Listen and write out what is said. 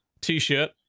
t-shirt